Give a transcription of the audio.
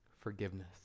forgiveness